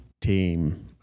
team